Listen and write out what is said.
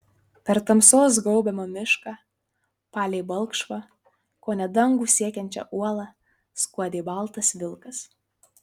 per tamsos gaubiamą mišką palei balkšvą kone dangų siekiančią uolą skuodė baltas vilkas